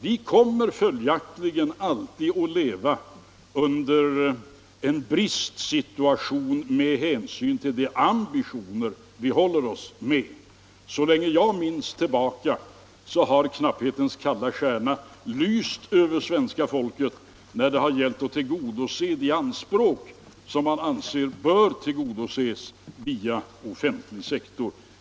Vi kommer följaktligen alltid att leva i en bristsituation med hänsyn till de ambitioner vi håller oss med. Så långt jag minns tillbaka har knapphetens kalla stjärna lyst över svenska folket när det gällt att tillgodose de anspråk som man vill ha tillgodosedda via offentlig sektor.